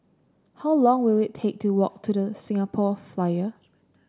how long will it take to walk to The Singapore Flyer